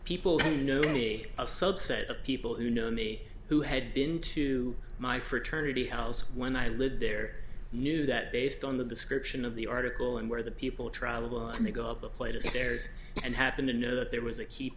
people who know a subset of people who know me who had been to my fraternity house when i lived there knew that based on the description of the article and where the people travel i may go up a plate of stairs and happened to know that there was a keep